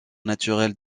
naturelle